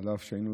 אף שהיינו